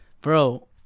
Bro